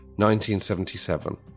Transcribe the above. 1977